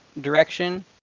direction